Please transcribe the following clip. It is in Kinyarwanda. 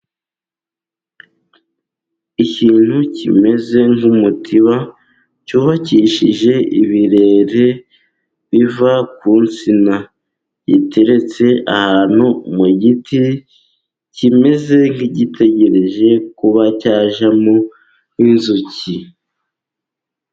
Ikintu kimeze nk'umutiba, cyubakishije ibirere biva ku nsina, giteretse ahantu mu giti ,kimeze nk'igitegereje kuba cyajyamo inzuki.